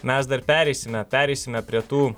mes dar pereisime pereisime prie tų